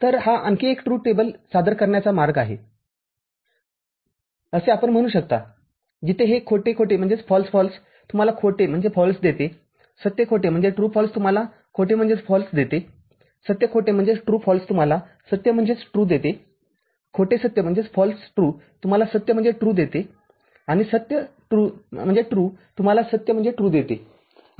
तर हा आणखी एक ट्रुथ टेबल सादर करण्याचा मार्ग आहे असे आपण म्हणू शकता जिथे हे खोटे खोटे तुम्हाला खोटे देतेसत्य खोटे तुम्हाला खोटे देते सत्य खोटे तुम्हाला सत्य देते खोटे सत्य तुम्हाला सत्य देते आणि सत्य तुम्हाला सत्य देते